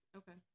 okay